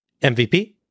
MVP